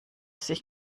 sich